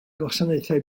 gwasanaethau